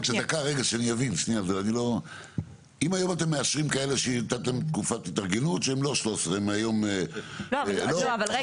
אתם מאשרים כאלה שנתתם להם תקופת התארגנות והם לא 13 שנים אלא פחות.